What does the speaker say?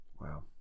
wow